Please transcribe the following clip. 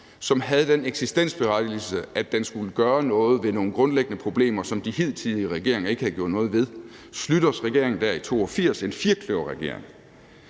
som havde den eksistensberettigelse, at den skulle gøre noget ved nogle grundlæggende problemer, som de hidtidige regeringer ikke havde gjort noget ved – Schlüters regering dér i 1982, en firkløverregering.